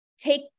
take